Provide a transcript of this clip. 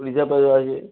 reserve আসবে